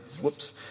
Whoops